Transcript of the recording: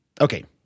Okay